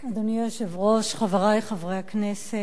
אדוני היושב-ראש, חברי חברי הכנסת,